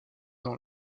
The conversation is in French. dans